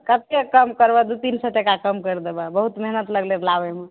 कतेक कम करबऽ दू तीन सए टका कम करि देबऽ बहुत मेहनत लगलै लाबैमे